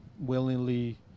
willingly